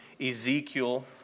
Ezekiel